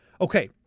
okay